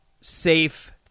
safe